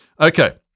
Okay